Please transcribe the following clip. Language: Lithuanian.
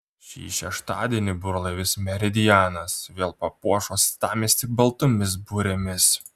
šį šeštadienį burlaivis meridianas vėl papuoš uostamiestį baltomis burėmis